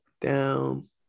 down